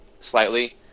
slightly